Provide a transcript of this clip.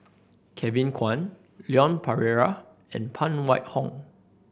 Kevin Kwan Leon Perera and Phan Wait Hong